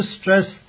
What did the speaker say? stress